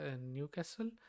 Newcastle